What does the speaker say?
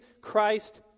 Christ